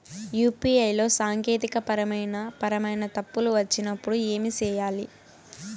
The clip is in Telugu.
యు.పి.ఐ లో సాంకేతికపరమైన పరమైన తప్పులు వచ్చినప్పుడు ఏమి సేయాలి